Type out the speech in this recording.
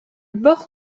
bord